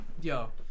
Yo